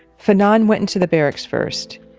fanon went into the barracks first.